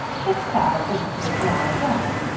he fell into a dry well.